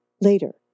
later